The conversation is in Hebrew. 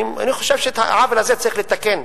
אני חושב שאת העוול הזה צריך לתקן.